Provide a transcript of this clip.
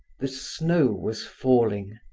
the snow was falling.